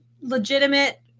legitimate